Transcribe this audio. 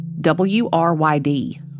WRYD